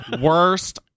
Worst